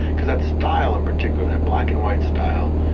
because that style in particular, that black and white style,